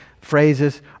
phrases